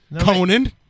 Conan